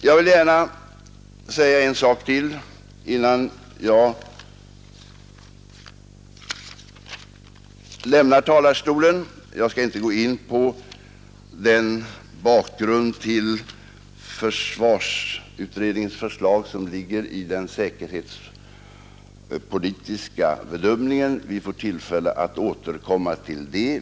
Jag vill gärna ta upp en sak till innan jag lämnar talarstolen. Jag skall inte gå in på den bakgrund till försvarsutredningens förslag som ligger i den säkerhetspolitiska bedömningen; vi får tillfälle att återkomma om det.